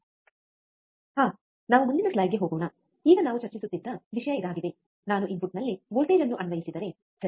ಆಹ್ ನಾವು ಮುಂದಿನ ಸ್ಲೈಡ್ಗೆ ಹೋಗೋಣ ಈಗ ನಾವು ಚರ್ಚಿಸುತ್ತಿದ್ದ ವಿಷಯ ಇದಾಗಿದೆ ನಾನು ಇನ್ಪುಟ್ನಲ್ಲಿ ವೋಲ್ಟೇಜ್ ಅನ್ನು ಅನ್ವಯಿಸಿದರೆ ಸರಿ